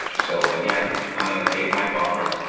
so, again, i'm gonna take my buffer,